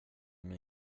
mig